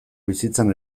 bizitzan